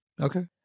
Okay